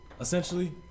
Essentially